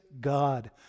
God